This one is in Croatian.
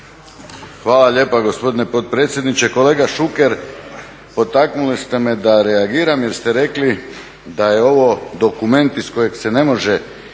Hvala lijepa gospodine potpredsjedniče. Kolega Šuker, potaknuli ste me da reagiram jer ste rekli da je ovo dokument iz kojeg se ne može